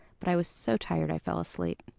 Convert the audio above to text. but i was so tired i fell asleep.